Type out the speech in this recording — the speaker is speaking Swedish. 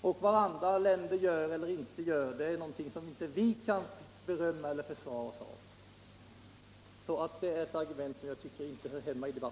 Vad andra länder 23 november 1976 gör eller inte gör är någonting som vi inte kan berömma oss av.